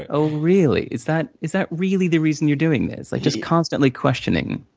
oh, really? is that is that really the reason you're doing this? like just constantly questioning.